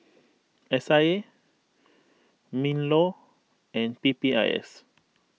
S I A MinLaw and P P I S